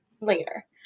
later